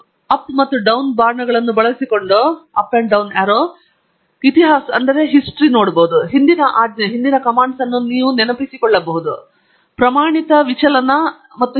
up ಮತ್ತು down ಬಾಣಗಳನ್ನು ಬಳಸಿಕೊಂಡು ಇತಿಹಾಸದಲ್ಲಿ ಹಿಂದಿನ ಆಜ್ಞೆಗಳನ್ನು ನೀವು ನೆನಪಿಸಿಕೊಳ್ಳಬಹುದು ಮತ್ತು ಇದು ಪ್ರಮಾಣಿತ ವಿಚಲನ ಮತ್ತು ಹೀಗೆ